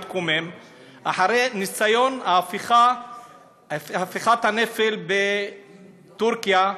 אחרי ניסיון הפיכת הנפל בטורקיה,